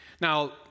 Now